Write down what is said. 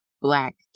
Black